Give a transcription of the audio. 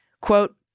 Quote